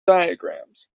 diagrams